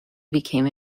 became